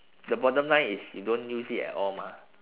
the bottom line is you don't use it at all mah